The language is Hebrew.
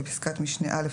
בפסקת משנה (א),